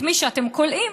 את מי שאתם כולאים,